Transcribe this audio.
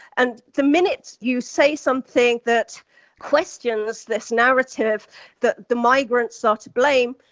and the minute you say something that questions this narrative that the migrants are to blame,